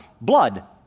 Blood